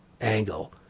angle